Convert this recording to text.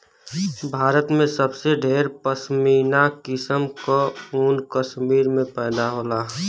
भारत में सबसे ढेर पश्मीना किसम क ऊन कश्मीर में पैदा होला